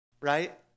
right